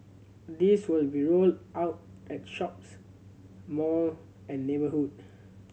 these will be rolled out at shops mall and neighbourhood